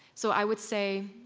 so i would say,